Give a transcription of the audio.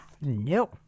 No